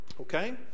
Okay